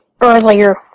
earlier